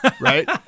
right